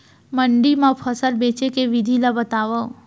मंडी मा फसल बेचे के विधि ला बतावव?